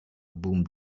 boom